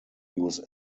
use